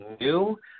new